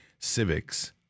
civics